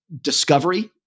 discovery